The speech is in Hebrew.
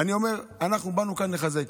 אני אומר שאנחנו באנו כן לחזק,